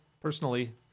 personally